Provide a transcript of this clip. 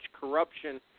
corruption